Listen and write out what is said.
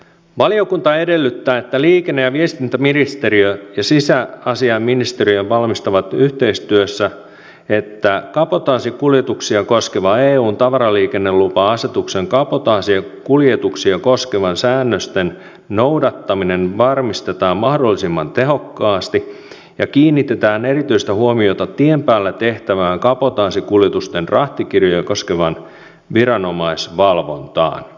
valiokunta edellyttää että liikenne ja viestintäministeriö ja sisäasiainministeriö varmistavat yhteistyössä että kabotaasikuljetuksia koskevan eun tavaraliikennelupa asetuksen kabotaasikuljetuksia koskevien säännösten noudattaminen varmistetaan mahdollisimman tehokkaasti ja kiinnitetään erityisesti huomiota tien päällä tehtävään kabotaasikuljetusten rahtikirjoja koskevaan viranomaisvalvontaan